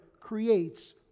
creates